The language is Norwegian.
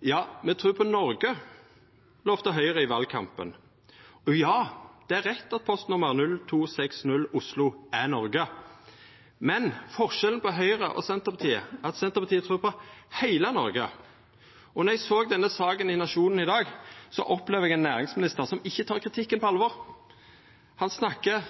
ja, det er rett at postnummer 0260 Oslo er Noreg, men forskjellen på Høgre og Senterpartiet er at Senterpartiet trur på heile Noreg. Då eg såg denne saka i Nationen i dag, opplevde eg ein næringsminister som ikkje tek kritikken på alvor. Han snakkar